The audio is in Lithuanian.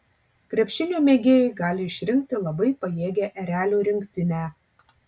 krepšinio mėgėjai gali išrinkti labai pajėgią erelių rinktinę